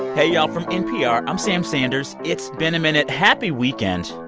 hey y'all. from npr, i'm sam sanders. it's been a minute. happy weekend.